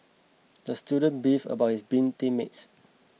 the student beefed about his beam team mates